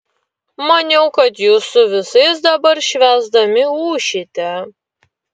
maniau kad jūs su visais dabar švęsdami ūšite